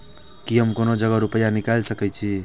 की हम कोनो जगह रूपया निकाल सके छी?